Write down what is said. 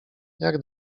jak